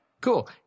cool